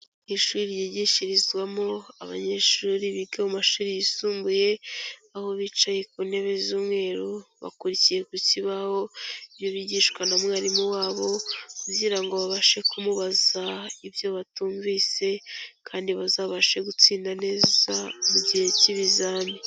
Ishuri ryigishirizwamo abanyeshuri biga mu mashuri yisumbuye, aho bicaye ku ntebe z'umweru, bakurikiye ku kibaho, ibyo bigishwa na mwarimu wabo kugira ngo babashe kumubaza ibyo batumvise kandi bazabashe gutsinda neza mu gihe cy'ibizami.